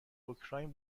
اوکراین